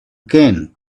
can